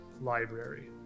library